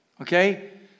Okay